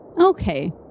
Okay